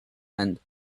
and